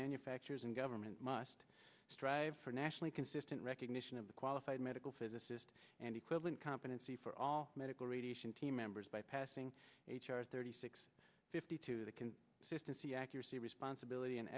manufacturers and government must strive for nationally consistent recognition of the qualified medical physicist and equivalent competency for all medical radiation team members by passing h r thirty six fifty two that can assist in ca accuracy responsibility an